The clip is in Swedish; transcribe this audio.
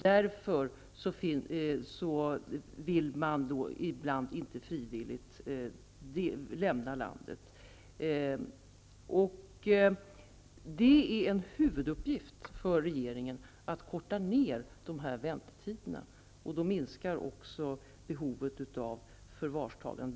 Därför vill man ibland inte lämna landet frivilligt. Det är en huvuduppgift för regeringen att korta ner dessa väntetider. Då minskar också behovet av förvarstagande.